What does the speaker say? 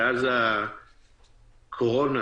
שאז הקורונה